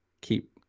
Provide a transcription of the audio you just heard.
keep